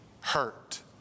hurt